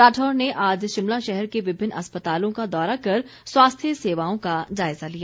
राठौर ने आज शिमला शहर के विभिन्न अस्पतालों का दौरा कर स्वास्थ्य सेवाओं का जायज़ा लिया